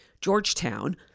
Georgetown